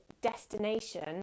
destination